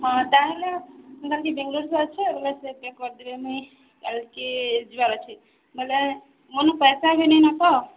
ହଁ ତାହେଲେ ମୁଁ କାଲି ବେଙ୍ଗଲୋର ଯିବାର୍ ଅଛେ ବେଲେ ସେ ପେକ୍ କରିଦେବେ ମୁଇଁ କାଲ୍କେ ଯିବାର୍ ଅଛେ ବେଲେ ମୋର୍ନ ପଏସା ବି ନେଇନ ତ